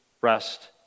rest